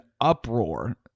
uproar